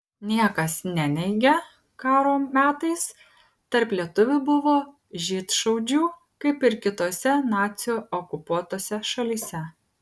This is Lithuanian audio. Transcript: niekas neneigia karo metais tarp lietuvių buvo žydšaudžių kaip ir kitose nacių okupuotose šalyse